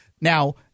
now